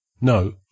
No